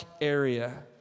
area